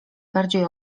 bardziej